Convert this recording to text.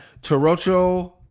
Torocho